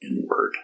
inward